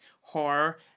horror